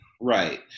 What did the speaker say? Right